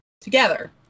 Together